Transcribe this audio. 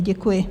Děkuji.